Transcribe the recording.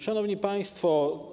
Szanowni Państwo!